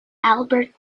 albert